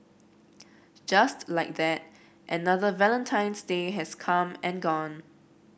just like that another Valentine's Day has come and gone